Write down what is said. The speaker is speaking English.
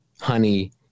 honey